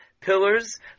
pillars